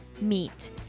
meet